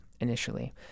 initially